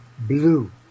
blue